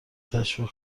تشویق